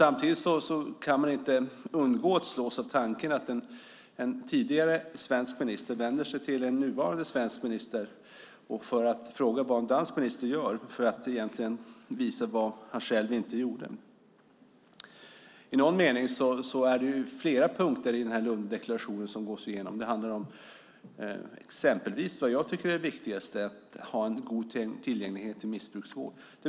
Samtidigt kan man inte undgå att slås av tanken att en tidigare svensk minister vänder sig till en nuvarande svensk minister för att fråga vad en dansk minister gör för att visa vad han själv inte gjorde. I någon mening är det flera punkter i Lundadeklarationen som gås igenom. Det handlar exempelvis om det jag tycker är det viktigaste, nämligen att ha en god tillgänglighet till missbrukarvård.